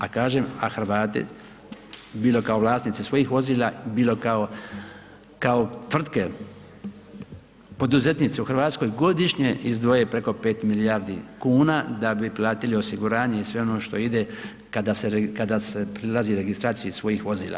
A kažem, a Hrvati bilo kao vlasnici svojih vozila, bilo kao tvrtke, poduzetnici u Hrvatskoj godišnje izdvoje preko 5 milijardi kuna da bi platili osiguranje i sve ono što ide kada se prilazi registraciji svojih vozila.